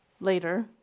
later